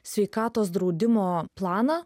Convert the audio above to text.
sveikatos draudimo planą